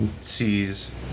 sees